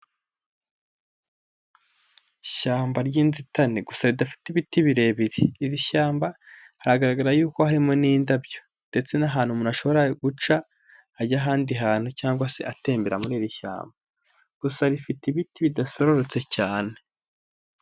Ishyamba ry'inzitane gusa ridafite ibiti birebire iri shyamba haragaragara yuko harimo n'indabyo ndetse n'ahantu umuntu ashobora guca ajya ahandi hantu cyangwa se atembera muri iri shyamba gusa rifite ibiti bidasororotse cyane.